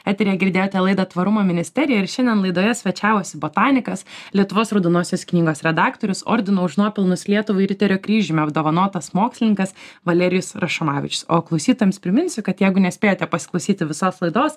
eteryje girdėjote laidą tvarumo ministerija ir šiandien laidoje svečiavosi botanikas lietuvos raudonosios knygos redaktorius ordino už nuopelnus lietuvai riterio kryžiumi apdovanotas mokslininkas valerijus rašomavičius o klausytojams priminsiu kad jeigu nespėjote pasiklausyti visos laidos